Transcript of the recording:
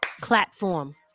platform